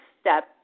step